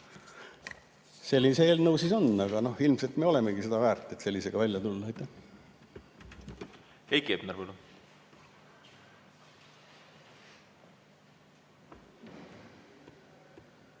selline see eelnõu siis on, aga noh, ilmselt me olemegi seda väärt, et sellisega välja on tuldud. Aitäh!